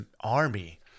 Army